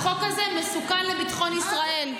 החוק הזה מסוכן לביטחון ישראל.